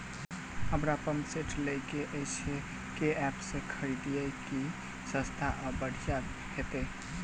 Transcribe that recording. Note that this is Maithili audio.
हमरा पंप सेट लय केँ अछि केँ ऐप सँ खरिदियै की सस्ता आ बढ़िया हेतइ?